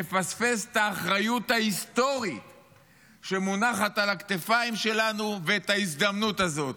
נפספס את האחריות ההיסטורית שמונחת על הכתפיים שלנו ואת ההזדמנות הזאת.